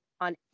on